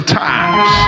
times